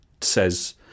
says